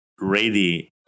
ready